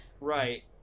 Right